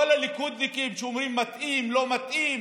כל הליכודניקים שאומרים: מתאים, לא מתאים,